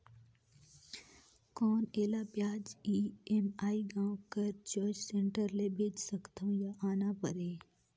कौन एला ब्याज ई.एम.आई गांव कर चॉइस सेंटर ले भेज सकथव या आना परही?